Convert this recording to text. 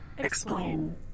Explain